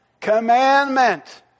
commandment